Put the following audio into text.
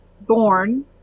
born